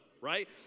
Right